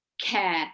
care